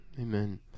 Amen